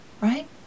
right